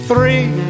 Three